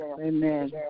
Amen